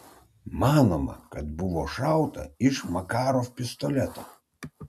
manoma kad buvo šauta iš makarov pistoleto